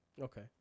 Okay